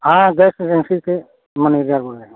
हाँ gas agency से manager बोल रहे हैं